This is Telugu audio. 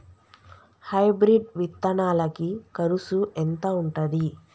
హైబ్రిడ్ విత్తనాలకి కరుసు ఎంత ఉంటది?